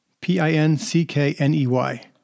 P-I-N-C-K-N-E-Y